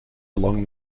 along